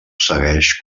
segueix